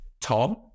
Tom